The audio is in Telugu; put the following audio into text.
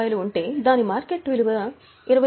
26000 ఉంటే దాని మార్కెట్ విలువ రూ